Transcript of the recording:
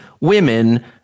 women